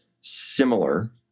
similar